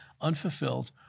unfulfilled